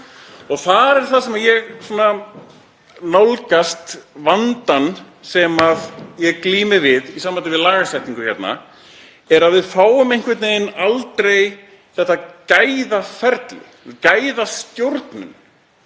Það er þaðan sem ég nálgast vandann sem ég glími við í sambandi við lagasetningu hérna. Við fáum einhvern veginn aldrei þetta gæðaferli, gæðastjórnun